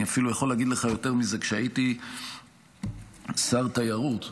אני יכול להגיד לך יותר מזה, כשהייתי שר התיירות,